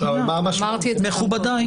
מכובדיי,